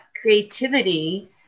creativity